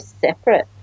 separate